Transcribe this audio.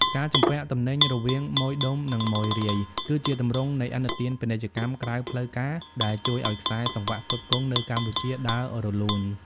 ការជំពាក់ទំនិញរវាងម៉ូយដុំ និងម៉ូយរាយ គឺជាទម្រង់នៃឥណទានពាណិជ្ជកម្មក្រៅផ្លូវការដែលជួយឱ្យខ្សែសង្វាក់ផ្គត់ផ្គង់នៅកម្ពុជាដើររលូន។